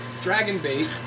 Dragonbait